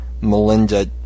Melinda